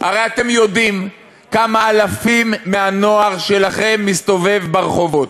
הרי אתם יודעים כמה אלפים מהנוער שלכם מסתובבים ברחובות.